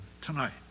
tonight